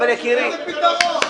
--- איזה פתרון?